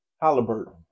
Halliburton